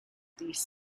these